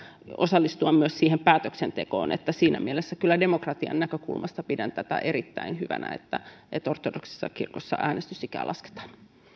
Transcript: osallistua myös siihen päätöksentekoon siinä mielessä kyllä demokratian näkökulmasta pidän erittäin hyvänä että että ortodoksisessa kirkossa äänestysikää lasketaan